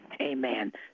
Amen